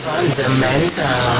Fundamental